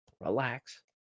Relax